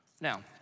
Now